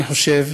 אני חושב